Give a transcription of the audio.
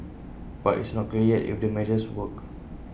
but it's not clear yet if the measures work